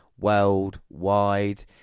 worldwide